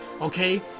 okay